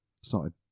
Started